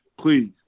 please